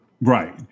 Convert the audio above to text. Right